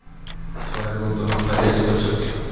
सोन्यात गुंतवणूक फायदेशीर ठरू शकते